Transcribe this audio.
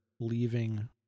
leaving